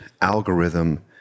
algorithm